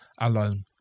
alone